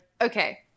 Okay